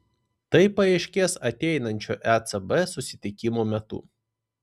tai paaiškės ateinančio ecb susitikimo metu